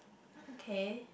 okay